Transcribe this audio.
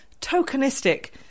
tokenistic